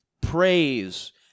praise